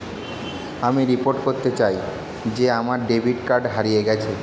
আমি রিপোর্ট করতে চাই যে আমার ডেবিট কার্ডটি হারিয়ে গেছে